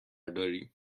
داریم